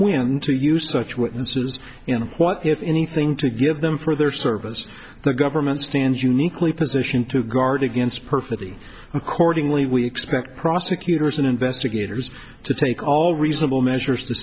when to use such witnesses you know what if anything to give them for their service the government stands uniquely positioned to guard against perfidy accordingly we expect prosecutors and investigators to take all reasonable measures to